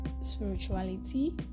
Spirituality